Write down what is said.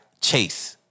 chase